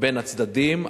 בין הצדדים.